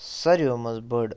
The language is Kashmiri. ساروٕیو منٛز بٔڑ